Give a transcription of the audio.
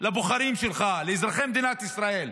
לבוחרים שלך, לאזרחי מדינת ישראל.